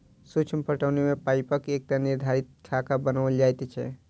सूक्ष्म पटौनी मे पाइपक एकटा निर्धारित खाका बनाओल जाइत छै